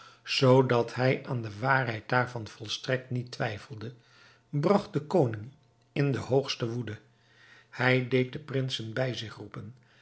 zoodat hij aan de waarheid daarvan volstrekt niet twijfelde bragt de koning in de hoogste woede hij deed de prinsen bij zich roepen